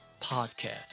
podcast